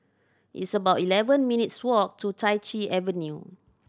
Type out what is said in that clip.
it's about eleven minutes' walk to Chai Chee Avenue